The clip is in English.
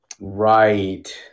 Right